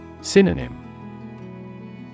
Synonym